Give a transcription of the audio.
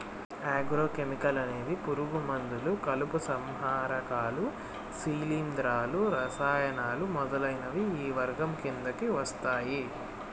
agro chemical అనేది పురుగు మందులు, కలుపు సంహారకాలు, శిలీంధ్రాలు, రసాయనాలు మొదలైనవి ఈ వర్గం కిందకి వస్తాయి